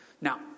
Now